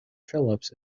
phillips